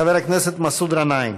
חבר הכנסת מסעוד גנאים.